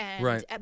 Right